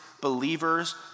believers